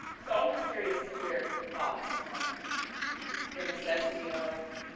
so i'm just curious to hear your thoughts on the necessity of,